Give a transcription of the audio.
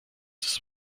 das